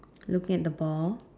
looking at the ball